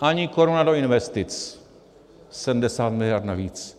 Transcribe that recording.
Ani koruna do investic, 70 mld. navíc.